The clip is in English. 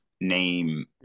Name